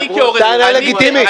טענה לגיטימית.